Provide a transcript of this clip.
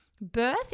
Birth